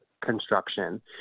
construction